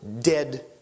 dead